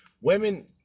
Women